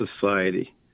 society